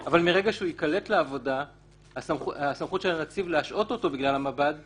אבל מרגע שהוא ייקלט לעבודה הסמכות שלנו להשעות אותו בגלל המב"ד תקום.